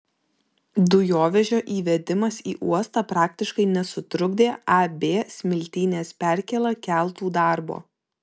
dujovežio įvedimas į uostą praktiškai nesutrukdė ab smiltynės perkėla keltų darbo